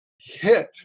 hit